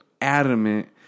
adamant